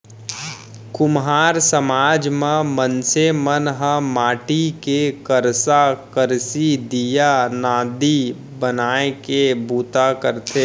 कुम्हार समाज म मनसे मन ह माटी के करसा, करसी, दीया, नांदी बनाए के बूता करथे